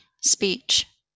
speech